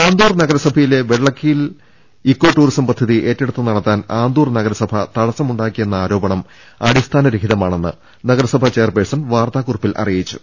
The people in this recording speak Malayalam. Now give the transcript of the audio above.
ആന്തൂർ നഗരസഭയിലെ വെള്ളിക്കീൽ ഇക്കോടൂറിസം പദ്ധതി ഏറ്റെടുത്ത് നടത്താൻ ആന്തൂർ നഗരസഭ തടസ്സമുണ്ടാക്കിയെന്ന ആരോപണം അടിസ്ഥാന രഹിതമാണെന്ന് നഗരസഭാ ചെയർപേ ഴ്സൺ വാർത്താ കുറിപ്പിൽ അറിയിച്ചു